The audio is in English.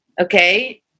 Okay